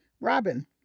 Robin